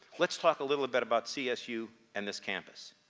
let's talk a little bit about csu and this campus.